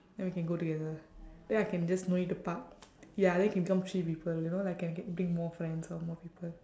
then we can go together then I can just no need to park ya then can become three people you know like c~ can bring more friends or more people